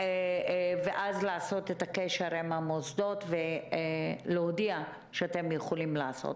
ואז לעשות את הקשר עם המוסדות ולהודיע שאתם יכולים לעשות